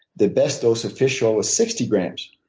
the best dose of fish oil was sixty grams.